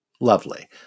Lovely